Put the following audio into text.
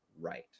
right